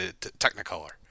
technicolor